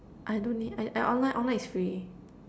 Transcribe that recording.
I don't need I online online is free